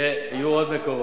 יהיו עוד מקורות.